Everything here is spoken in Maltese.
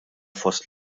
fost